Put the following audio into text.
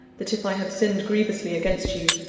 that if i have sinned grievously against you,